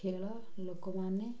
ଖେଳ ଲୋକମାନେ